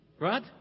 right